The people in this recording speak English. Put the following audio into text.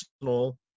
personal